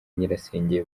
nyirasenge